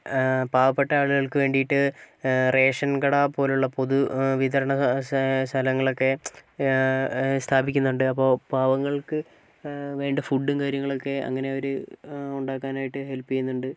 പാവപ്പെട്ട ആളുകൾക്ക് വേണ്ടിയിട്ട് റേഷൻ കട പോലുള്ള പൊതു വിതരണ സ്ഥലങ്ങളൊക്കെ സ്ഥാപിക്കുന്നുണ്ട് അപ്പോൾ പാവങ്ങൾക്ക് വേണ്ട ഫുഡ്ഡും കാര്യങ്ങളൊക്കെ അങ്ങനെ അവർ ഉണ്ടാക്കാനായിട്ട് ഹെൽപ്പ് ചെയ്യുന്നുണ്ട്